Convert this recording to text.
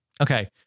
Okay